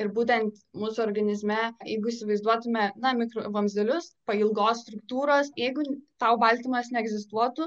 ir būtent mūsų organizme jeigu įsivaizduotume na mikro vamzdelius pailgos struktūros jeigu tau baltymas neegzistuotų